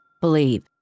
Believe